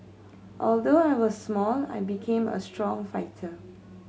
although I was small I became a strong fighter